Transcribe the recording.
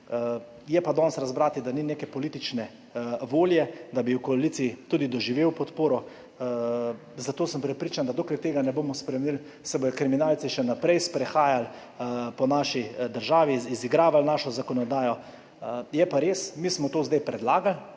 Je pa danes razbrati, da ni neke politične volje, da bi v koaliciji tudi doživel podporo. Zato sem prepričan, da dokler tega ne bomo spremenili, se bodo kriminalci še naprej sprehajali po naši državi, izigravali našo zakonodajo. Je pa res, mi smo to zdaj predlagali,